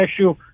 issue